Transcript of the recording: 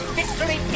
Victory